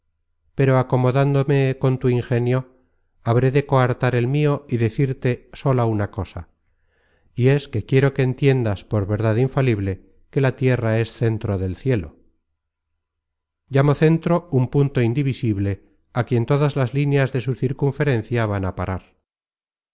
pero acomodándome con tu ingenio habré de coartar el mio y decirte sola una cosa y es que quiero que entiendas por verdad infalible que la tierra es centro del cielo llamo centro un punto indivisible a quien todas las líneas de su circunferencia van á parar